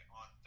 on